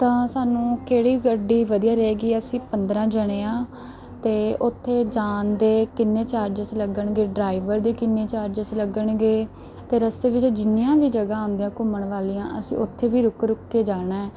ਤਾਂ ਸਾਨੂੰ ਕਿਹੜੀ ਗੱਡੀ ਵਧੀਆ ਰਹੇਗੀ ਅਸੀਂ ਪੰਦਰਾਂ ਜਣੇ ਹਾਂ ਅਤੇ ਉੱਥੇ ਜਾਣ ਦੇ ਕਿੰਨੇ ਚਾਰਜਸ ਲੱਗਣਗੇ ਡਰਾਈਵਰ ਦੇ ਕਿੰਨੇ ਚਾਰਜਸ ਲੱਗਣਗੇ ਅਤੇ ਰਸਤੇ ਵਿੱਚ ਜਿੰਨੀਆਂ ਵੀ ਜਗ੍ਹਾ ਆਉਂਦੀਆਂ ਘੁੰਮਣ ਵਾਲੀਆਂ ਅਸੀਂ ਉੱਥੇ ਵੀ ਰੁਕ ਰੁਕ ਕੇ ਜਾਣਾ